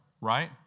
Right